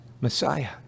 Messiah